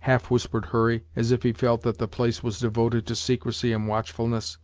half whispered hurry, as if he felt that the place was devoted to secrecy and watchfulness